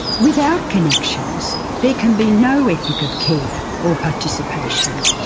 without connections there can be no ethic of care or participation,